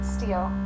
Steel